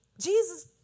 Jesus